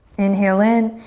inhale in.